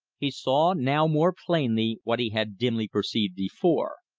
he saw now more plainly what he had dimly perceived before,